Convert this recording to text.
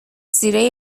زیره